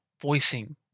voicing